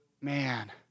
Man